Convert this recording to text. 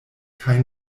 kaj